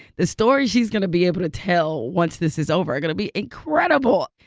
the stories she's going to be able to tell once this is over are going to be incredible.